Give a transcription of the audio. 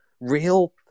real